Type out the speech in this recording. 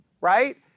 right